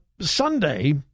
Sunday